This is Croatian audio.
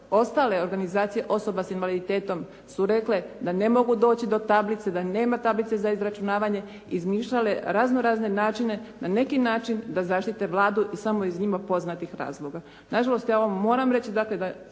ostale organizacije osoba s invaliditetom su rekle da ne mogu doći do tablice, da nema tablice za izračunavanje, izmišljale razno razne načine, na neki način da zaštite Vladu iz samo njim poznatih razloga.